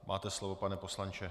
Máte slovo, pane poslanče.